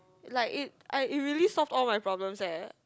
like it I it really solve all my problems eh